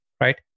right